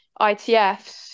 itfs